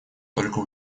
только